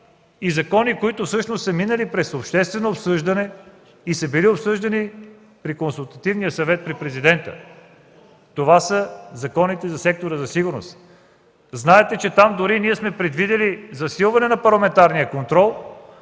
и закони, които всъщност са минали през обществено обсъждане и са били обсъждани при Консултативния съвет при Президента? Това са закони за сектора за сигурност. Знаете, че там дори ние сме предвидили засилване на парламентарния контрол